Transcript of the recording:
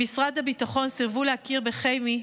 במשרד הביטחון סירבו להכיר בחימי,